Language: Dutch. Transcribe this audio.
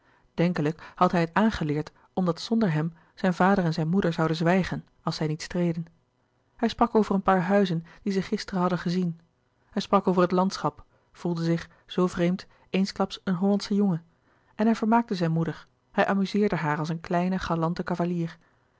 denkelijk had hij het aangeleerd omdat zonder hem zijn vader en zijne moeder zouden zwijgen als zij niet streden hij sprak over een paar huizen die zij gisteren hadden gezien hij sprak over het landschap voelde zich zoo vreemd eensklaps een hollandsche jongen en hij vermaakte zijne moeder hij amuzeerde haar als een kleine galante cavalier